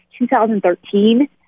2013